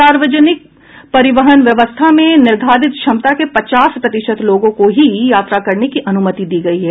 सार्वजनिक परिवहन व्यवस्था में निर्धारित क्षमता के पचास प्रतिशत लोगों को ही यात्रा करने की अनुमति दी गई है